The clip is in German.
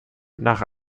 nach